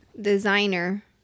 designer